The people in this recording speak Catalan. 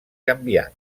canviant